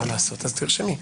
אז תרשמי.